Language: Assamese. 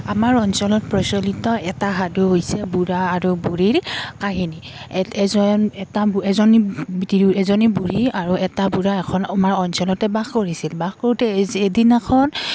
আমাৰ অঞ্চলত প্ৰচলিত এটা সাধু হৈছে বুঢ়া আৰু বুঢ়ীৰ কাহিনী এজন এটা এজনী তিৰু এজনী বুঢ়ী আৰু এটা বুঢ়া এখন আমাৰ অঞ্চলতে বাস কৰিছিল বাস কৰোতে এজি এদিনাখন